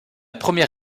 première